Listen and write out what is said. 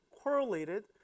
correlated